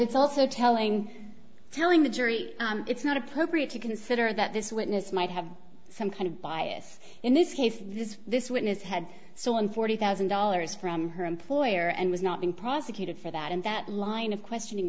it's also telling telling the jury it's not appropriate to consider that this witness might have some kind of bias in this case this this witness had so in forty thousand dollars from her employer and was not being prosecuted for that and that line of questioning